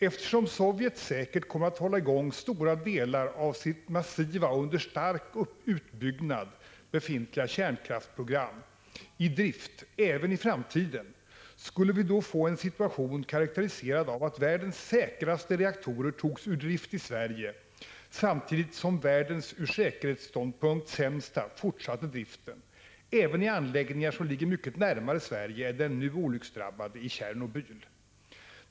Eftersom Sovjet säkert kommer att hålla stora delar av sitt massiva kärnkraftsprogram, som dessutom är under stark utbyggnad, i drift även i framtiden, skulle vi få en situation karakteriserad av att världens säkraste reaktorer togs ur drift i Sverige samtidigt som världens ur säkerhetssynpunkt sämsta fortsatte driften, även i anläggningar som ligger mycket närmare Sverige än den nu olycksdrabbade i Tjernobyl.